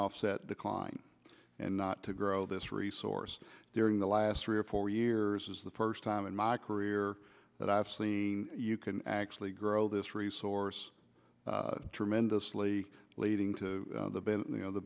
offset decline and not to grow this resource during the last three or four years as the first time in my career that i've seen you can actually grow this resource tremendously leading to the